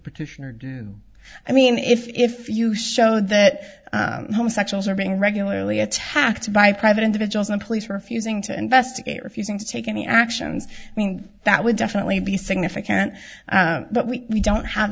petitioner do i mean if you show that homosexuals are being regularly attacked by private individuals and police refusing to investigate refusing to take any actions i mean that would definitely be significant but we don't have